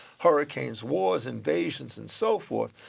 hurricanes, wars, invasions and so forth,